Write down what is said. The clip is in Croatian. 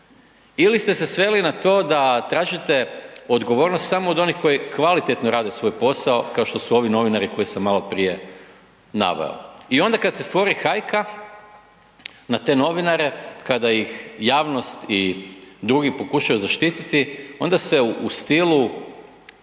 Ili ste se sveli na to da tražite odgovornost samo od onih koji kvalitetno rade svoj posao kao što ovi novinari koje sam maloprije naveo. I onda kad se stvori hajka na te novinare, kada ih javnost i drugi pokušaju zaštititi onda se u stilu